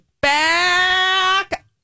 back